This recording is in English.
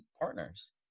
partners